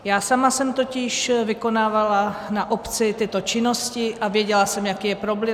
Já sama jsem totiž vykonávala na obci tyto činnosti a věděla jsem, jaký je problém.